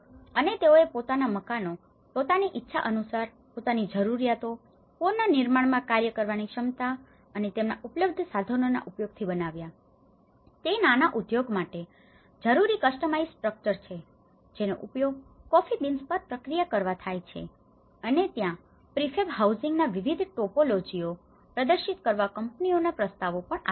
અને તેઓએ પોતાના મકાનો પોતાની ઈચ્છા અનુસાર પોતાની જરૂરિયાતો પુનર્નિર્માણમાં કાર્ય કરવાની ક્ષમતા અને તેમના ઉપલબ્ધ સાધનોના ઉપયોગથી બનાવ્યા તે નાના ઉદ્યોગ માટે જરૂરી કસ્ટમાઇઝ્ડ સ્ટ્રક્ચર છે જેનો ઉપયોગ કોફી બીન્સ પર પ્રક્રિયા કરવા માટે થાય છે અને ત્યાં પ્રિફેબ હાઉસિંગના વિવિધ ટોપોલોજીઓ પ્રદર્શિત કરવા કંપનીઓના પ્રસ્તાવો પણ આવે છે